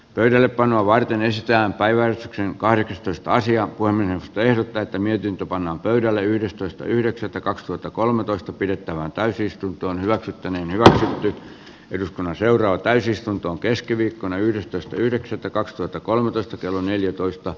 pöydällepanoa varten mistään päivän sankarikäsitystä asia kuin minä teen tätä mietintö pannaan pöydälle yhdestoista yhdeksättä kaksituhattakolmetoista pidettävään täysistuntoon hyväksytty niin hyvä oli eduskunnan seuraa täysistuntoon keskiviikkona yhdestoista yhdeksättä kaksituhattakolmetoista kello neljätoista